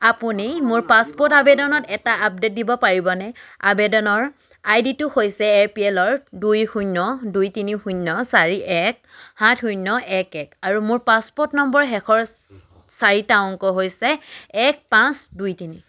আপুনি মোৰ পাছপোৰ্ট আবেদনত এটা আপডেট দিব পাৰিবনে আবেদন আই ডিটো হৈছে এ পি এল দুই শূন্য দুই তিনি শূন্য চাৰি এক সাত শূন্য এক এক আৰু মোৰ পাছপোৰ্ট নম্বৰৰ শেষৰ চাৰিটা অংক হৈছে এক পাঁচ দুই তিনি